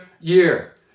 year